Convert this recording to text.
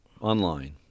online